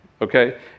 okay